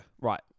Right